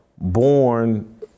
born